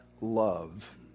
love